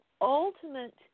ultimate